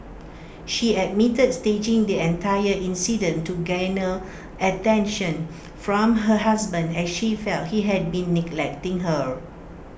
she admitted staging the entire incident to garner attention from her husband as she felt he had been neglecting her